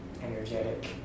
energetic